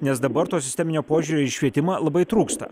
nes dabar to sisteminio požiūrio į švietimą labai trūksta